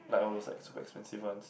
like all those like super expensive ones